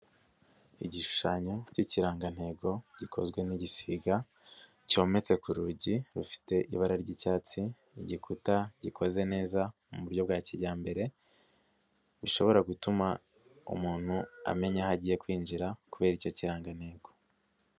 Igishushanyo cy'ikirangantego gikozwe n'igisiga, cyometse ku rugi, rufite ibara ry'icyatsi, igikuta gikoze neza mu buryo bwa kijyambere, bishobora gutuma umuntu amenya aho agiye kwinjira kubera icyo kirangantego.